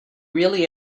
really